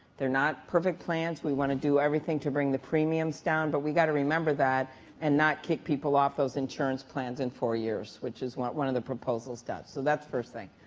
they're not perfect plans, we want to do everything to bring the premiums down, but we got to remember that and not kick people off those insurance plans in four years, which is what one of the proposals does. so that's first thing.